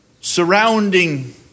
surrounding